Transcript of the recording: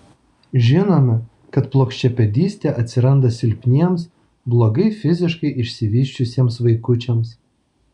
žinome kad plokščiapėdystė atsiranda silpniems blogai fiziškai išsivysčiusiems vaikučiams